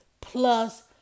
plus